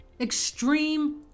extreme